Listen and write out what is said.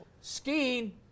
Skiing